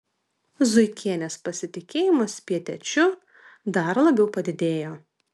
zuikienės pasitikėjimas pietiečiu dar labiau padidėjo